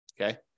Okay